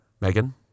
Megan